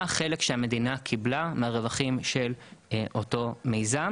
החלק שהמדינה קיבלה מהרווחים של אותו מיזם,